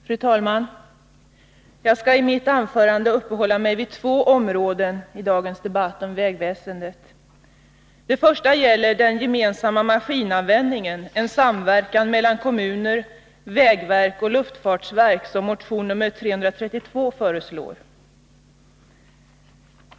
Fru talman! Jag skall i mitt anförande uppehålla mig vid två områden i dagens debatt om vägväsendet. Det första gäller den gemensamma maskinanvändningen, en samverkan mellan kommuner, vägverk och luftfartsverk som föreslås i motion nr 332.